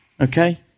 Okay